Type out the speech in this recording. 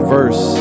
Verse